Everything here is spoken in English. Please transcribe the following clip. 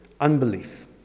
unbelief